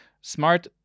smart